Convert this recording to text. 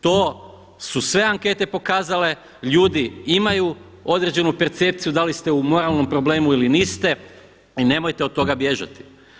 To su sve ankete pokazale, ljudi imaju određenu percepciju da li ste u moralnom problemu ili niste i nemojte od toga bježati.